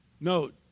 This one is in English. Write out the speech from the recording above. Note